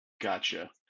Gotcha